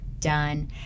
done